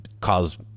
Cause